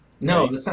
no